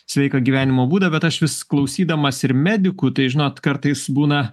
sveiką gyvenimo būdą bet aš vis klausydamas ir medikų tai žinot kartais būna